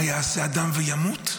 מה יעשה אדם וימות?